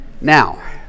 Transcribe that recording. Now